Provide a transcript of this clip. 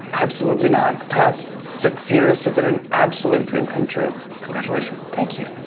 absolutely not. the past six years have been an absolute dream come true. congratulations. thank you.